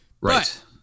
Right